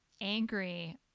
angry